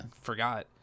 forgot